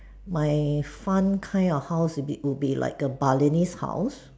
my fun kind of house will be would be like a Balinese house